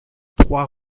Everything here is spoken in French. trois